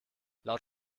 laut